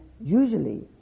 usually